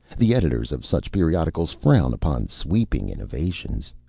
the editors of such periodicals frown upon sweeping innovations.